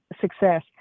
success